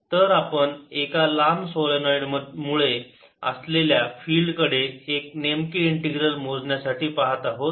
तर आपण एका लांब सोलेनोईड मुळे असलेल्या फिल्ड कडे एक नेमके इंटीग्रल मोजण्यासाठी पाहत आहोत